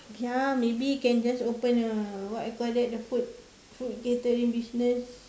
ya maybe can just open a what you call that a food food catering business